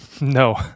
No